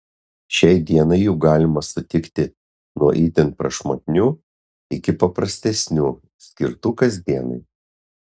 šiai dienai jų galima sutikti nuo itin prašmatnių iki paprastesnių skirtų kasdienai